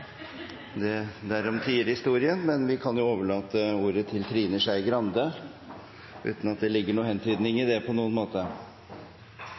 historien, men vi kan jo overlate ordet til representanten Trine Skei Grande, uten at det ligger noen hentydning